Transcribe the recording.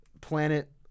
planet